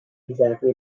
exactly